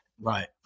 Right